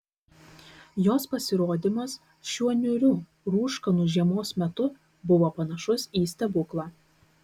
jos pasirodymas šiuo niūriu rūškanu žiemos metu buvo panašus į stebuklą